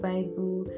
Bible